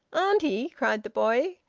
auntie! cried the boy.